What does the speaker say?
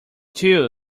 too